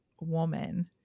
woman